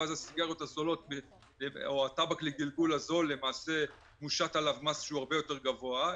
שאז על הטבק לגלגול מושת מס הרבה יותר גבוה,